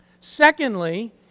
Secondly